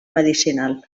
medicinal